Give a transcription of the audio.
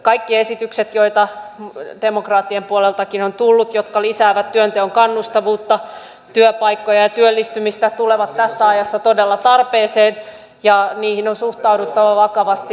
kaikki esitykset joita demokraattien puoleltakin on tullut jotka lisäävät työnteon kannustavuutta työpaikkoja ja työllistymistä tulevat tässä ajassa todella tarpeeseen ja niihin on suhtauduttava vakavasti